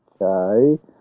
okay